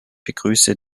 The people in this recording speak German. begrüße